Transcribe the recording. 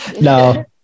No